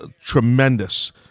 tremendous